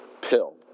pill